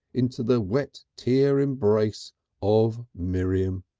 into the tear-wet tear-wet embrace of miriam.